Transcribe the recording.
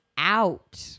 out